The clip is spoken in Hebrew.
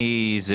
אני זה.